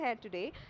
today